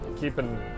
keeping